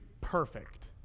perfect